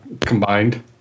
combined